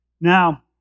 Now